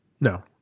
No